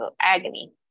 agony